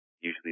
usually